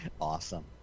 awesome